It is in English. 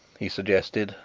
he suggested.